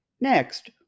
Next